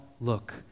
look